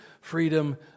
freedom